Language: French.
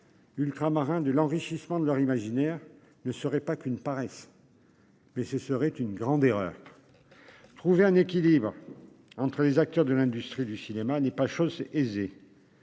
Ultramarins de l'enrichissement de leur imaginaire ne serait pas qu'une paresse. Mais ce serait une grande erreur. Trouver un équilibre entre les acteurs de l'industrie du cinéma n'est pas chose aisée.